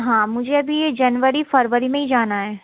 हाँ मुझे अभी यह जनवरी फ़रवरी में ही जाना है